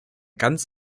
ganz